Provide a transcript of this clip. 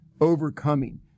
overcoming